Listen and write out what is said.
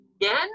Again